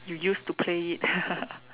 you used to play it